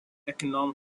economic